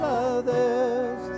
others